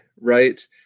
right